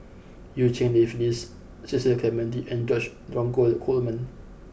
Eu Cheng Li Phyllis Cecil Clementi and George Dromgold Coleman